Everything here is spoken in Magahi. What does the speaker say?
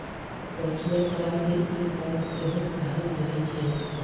वर्चुअल कार्ड के ई कार्ड सेहो कहल जाइ छइ